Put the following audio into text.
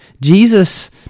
Jesus